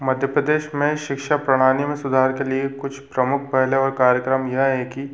मध्य प्रदेश में शिक्षा प्रणाली में सुधार के लिए कुछ प्रमुख पहला और कार्यक्रम यह है कि